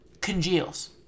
congeals